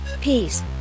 Peace